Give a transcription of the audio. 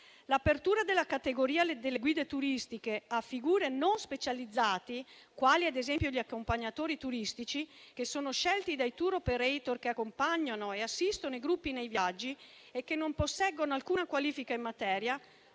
L'apertura della categoria delle guide turistiche a figure non specializzate, quali ad esempio gli accompagnatori turistici, che sono scelti dai *tour operator* che accompagnano e assistono i gruppi nei viaggi e che non posseggono alcuna qualifica in materia,